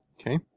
Okay